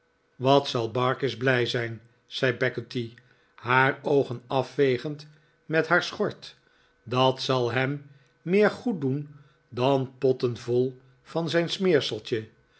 wat zal barkis blij zijn zei peggotty haar oogen afvegend met haar schort dat zal hem meer goed doen dan potten vol van zijn